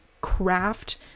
craft